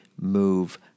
move